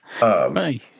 hey